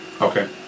Okay